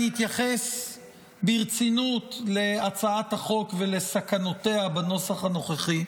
אני אתייחס ברצינות להצעת החוק ולסכנותיה בנוסח הנוכחי.